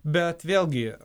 bet vėlgi